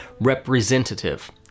representative